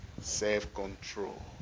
self-control